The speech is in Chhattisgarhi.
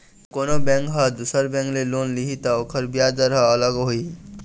जब कोनो बेंक ह दुसर बेंक ले लोन लिही त ओखर बियाज दर ह अलग होही